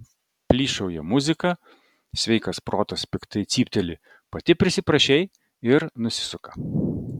plyšauja muzika sveikas protas piktai cypteli pati prisiprašei ir nusisuka